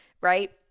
right